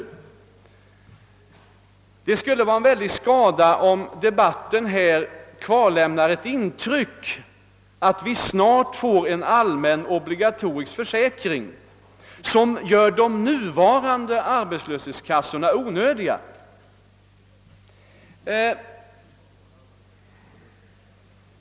Det skulle vara skada om debatten här kvarlämnade intrycket att vi snart får en allmän obligatorisk försäkring som gör de nuvarande arbetslöshetskassorna onödiga.